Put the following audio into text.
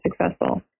successful